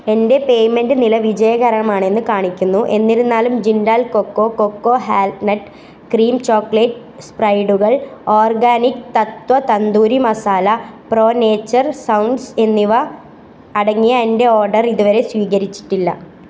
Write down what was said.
എന്റെ പേയ്മെൻ്റ് നില വിജയകരമാണെന്ന് കാണിക്കുന്നു എന്നിരുന്നാലും Jindal cocoa cocoa hazelnut cream chocolate സ്പ്രൈഡുകൾ organic Tattva tandoori masala pro nature sounds എന്നിവ അടങ്ങിയ എന്റെ ഓഡർ ഇതുവരെ സ്വീകരിച്ചിട്ടില്ല